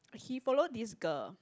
he follow this girl